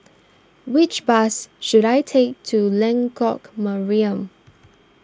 which bus should I take to Lengkok Mariam